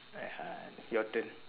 (uh huh) your turn